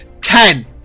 Ten